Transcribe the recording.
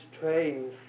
train